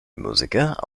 musiker